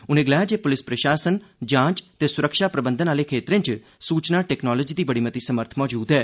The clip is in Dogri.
उनें गलाया जे पुलस प्रशासन जांच ते सुरक्षा प्रबंधन आह्ले खेत्तरें च सूचना टेक्नोलाजी दी बड़ी मती समर्थ मौजूद ऐ